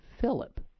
Philip